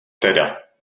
teda